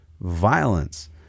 violence